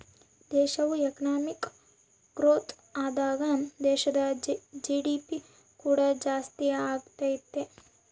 ದೇಶವು economic growth ಆದಾಗ ದೇಶದ ಜಿ.ಡಿ.ಪಿ ಕೂಡ ಜಾಸ್ತಿಯಾಗತೈತೆ